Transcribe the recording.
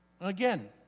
Again